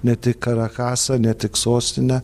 ne tik karakasą ne tik sostinę